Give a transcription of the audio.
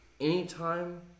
anytime